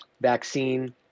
vaccine